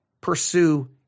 pursue